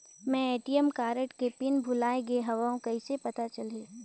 मैं ATM card के PIN भुलाए गे हववं कइसे पता चलही?